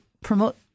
promote